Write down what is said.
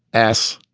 s,